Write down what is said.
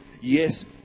Yes